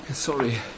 Sorry